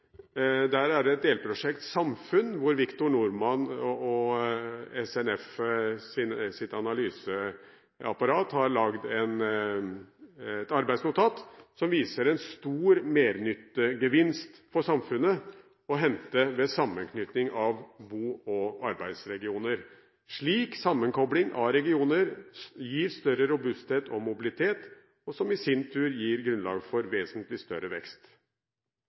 Der er det et delprosjekt Samfunn, hvor Victor Norman og SNFs analyseapparat har laget et arbeidsnotat som viser at det er en stor mernyttegevinst å hente for samfunnet ved sammenknytning av bo- og arbeidsregioner. Slik sammenkobling av regioner gir større robusthet og mobilitet, som i sin tur gir grunnlag for vesentlig større vekst.